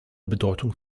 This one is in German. bedeutung